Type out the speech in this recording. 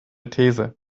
these